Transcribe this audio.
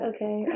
Okay